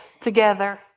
together